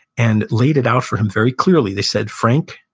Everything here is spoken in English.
and laid it out for him very clearly they said, frank,